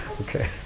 Okay